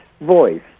Voice